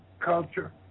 culture